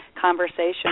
conversation